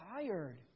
tired